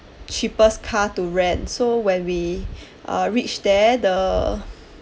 cheapest car to rent so when we uh reached there the